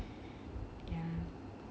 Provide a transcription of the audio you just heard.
and